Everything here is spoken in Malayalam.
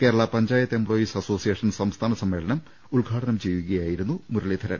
കേരള പഞ്ചായത്ത് എംപ്പോയീസ് അസോസിയേഷൻ സംസ്ഥാന സമ്മേളനം ഉദ്ഘാടനം ചെയ്യു കയായിരുന്നു മുരളീധരൻ